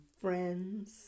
friends